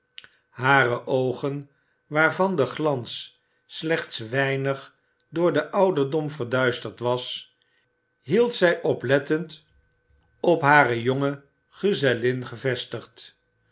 hare oogen waarvan de glans slechts weinig door den ouderdom verduisterd was hie d zij oplettend op hare jonge gezellin gevestigd